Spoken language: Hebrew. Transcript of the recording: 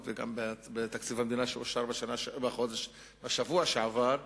וגם בתקציב המדינה שאושר בשבוע שעבר.